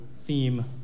theme